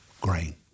grain